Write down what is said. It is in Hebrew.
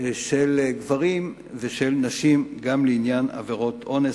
של גברים ושל נשים גם לעניין עבירות אונס,